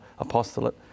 apostolate